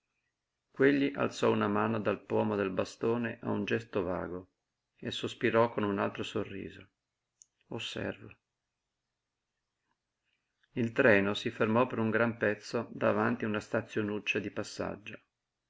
quegli alzò una mano dal pomo del bastone a un gesto vago e sospirò con un altro sorriso osservo il treno si fermò per un gran pezzo davanti a una stazionuccia di passaggio